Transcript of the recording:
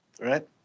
right